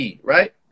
right